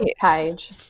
page